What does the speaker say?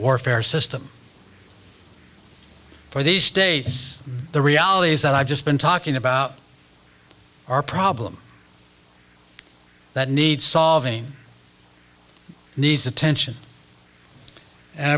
warfare system for these states the reality is that i've just been talking about our problem that needs solving needs attention and